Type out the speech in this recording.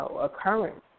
occurrence